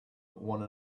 one